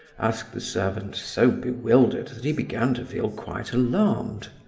asked the servant, so bewildered that he began to feel quite alarmed.